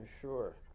sure